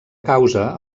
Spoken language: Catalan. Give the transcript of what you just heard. causa